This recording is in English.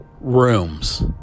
rooms